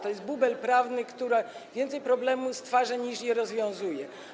To jest bubel prawny, który więcej problemów stwarza, niż rozwiązuje.